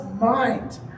mind